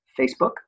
Facebook